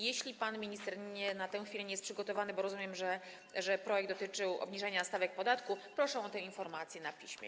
Jeśli pan minister w tej chwili nie jest przygotowany, bo rozumiem, że projekt dotyczył obniżenia stawek podatku, proszę o te informacje na piśmie.